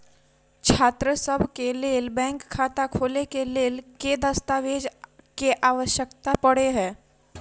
छात्रसभ केँ लेल बैंक खाता खोले केँ लेल केँ दस्तावेज केँ आवश्यकता पड़े हय?